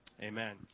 Amen